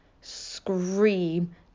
scream